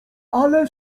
ale